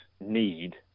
need